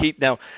Now